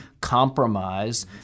compromise